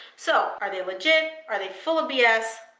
so are they legit? are they full of b s?